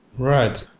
right.